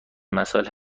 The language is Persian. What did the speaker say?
مساله